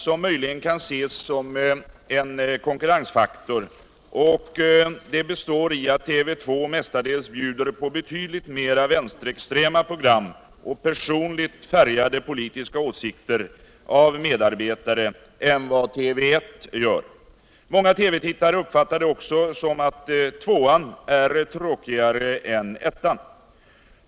som möjligen kan ses som en konkurrensfaktor. Den består i att TV 2 mestadels bjuder på betydligt mera vänsterextrema program och personligt färgade politiska åsikter av medarbetare än vad TV 1 gör. Många TV-tittare uppfattar det också så, att ”tvåan” är tråkigare än ”ettan”.